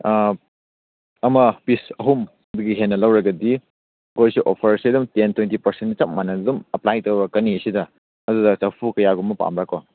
ꯑꯃ ꯄꯤꯁ ꯑꯍꯨꯝꯗꯒꯤ ꯍꯦꯟꯅ ꯂꯧꯔꯒꯗꯤ ꯑꯩꯈꯣꯏꯁꯨ ꯑꯣꯐꯔꯁꯤ ꯑꯗꯨꯝ ꯇꯦꯟ ꯇ꯭ꯋꯦꯟꯇꯤ ꯄꯥꯔꯁꯦꯟ ꯆꯞ ꯃꯥꯟꯅꯒꯅꯤ ꯑꯗꯨꯝ ꯑꯦꯄ꯭ꯂꯥꯏ ꯇꯧꯔꯛꯀꯅꯤ ꯑꯁꯤꯗ ꯑꯗꯨꯗ ꯆꯐꯨ ꯀꯌꯥꯒꯨꯝꯕ ꯄꯥꯝꯕ꯭ꯔꯥꯀꯣ